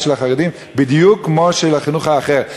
של החרדים בדיוק כמו את הקייטנות של החינוך האחר?